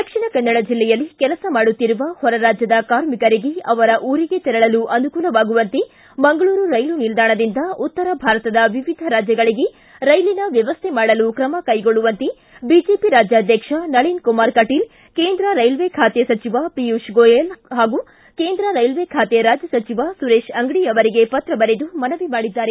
ದಕ್ಷಿಣ ಕನ್ನಡ ಜಲ್ಲೆಯಲ್ಲಿ ಕೆಲಸ ಮಾಡುತ್ತಿರುವ ಹೊರರಾಜ್ಯದ ಕಾರ್ಮಿಕರಿಗೆ ಅವರ ಊರಿಗೆ ತೆರಳಲು ಅನುಕೂಲವಾಗುವಂತೆ ಮಂಗಳೂರು ರೈಲು ನಿಲ್ಲಾಣದಿಂದ ಉತ್ತರ ಭಾರತದ ವಿವಿಧ ರಾಜ್ಗಳಿಗೆ ರೈಲಿನ ವ್ಯವಸ್ಥೆ ಮಾಡಲು ಕ್ರಮ ಕೈಗೊಳ್ಳುವಂತೆ ಬಿಜೆಪಿ ರಾಜ್ಯಾಧ್ವಕ್ಷ ನಳಿನ್ ಕುಮಾರ್ ಕಟೀಲ್ ಕೇಂದ್ರ ರೈಲ್ವೆ ಖಾತೆ ಸಚಿವ ಖಿಯೂತ್ ಗೋಯಲ್ ಹಾಗೂ ಕೇಂದ್ರ ರೈಲ್ವೆ ಖಾತೆ ರಾಜ್ಯ ಸಚಿವ ಸುರೇಶ್ ಅಂಗಡಿ ಅವರಿಗೆ ಪತ್ರ ಬರೆದು ಮನವಿ ಮಾಡಿದ್ದಾರೆ